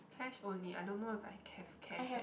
cash only I don't know if I have cash eh